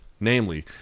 Namely